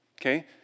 okay